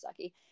sucky